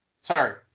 Sorry